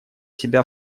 себя